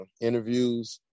interviews